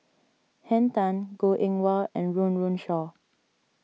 Henn Tan Goh Eng Wah and Run Run Shaw